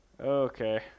Okay